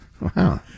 Wow